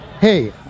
Hey